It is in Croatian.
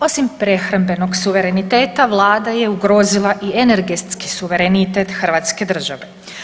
Osim prehrambenog suvereniteta Vlada je ugrozila i energetski suverenitet Hrvatske države.